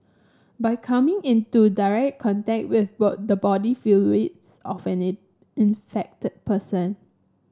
by coming into direct contact the body fluids of an infected person